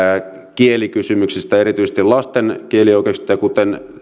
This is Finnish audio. kielikysymyksistä erityisesti lasten kielioikeuksista kuten